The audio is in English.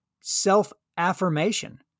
self-affirmation